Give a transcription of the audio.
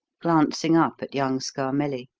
glancing up at young scarmelli.